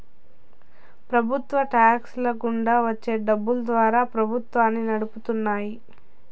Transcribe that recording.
ప్రభుత్వ టాక్స్ ల గుండా వచ్చే డబ్బులు ద్వారా ప్రభుత్వాన్ని నడుపుతున్నాయి